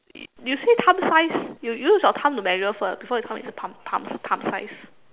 you say thumb size you use your thumb to measure first before you tell me it's the thumb thumb thumb size